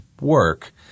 work